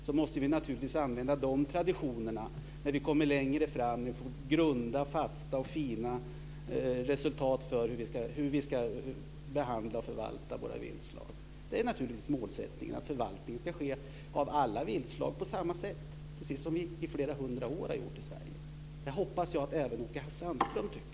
Vi måste naturligtvis använda de traditionerna när vi kommer längre fram och får grundliga, fasta och fina underlag för hur vi ska behandla och förvalta våra viltslag. Det är naturligtvis målsättningen att förvaltningen av alla viltslag ska ske på samma sätt, precis som vi har gjort i flera hundra år i Sverige. Det hoppas att även Åke Sandström tycker.